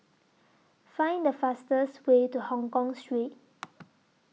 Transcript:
Find The fastest Way to Hongkong Street